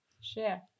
share